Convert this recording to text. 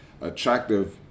attractive